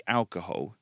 alcohol